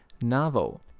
novel